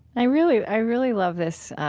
i really i really love this